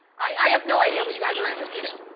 i have no idea what you guys are interested in.